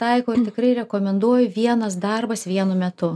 taikau ir tikrai rekomenduoju vienas darbas vienu metu